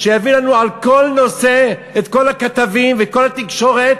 שיביא לנו על כל נושא את כל הכתבים ואת כל התקשורת.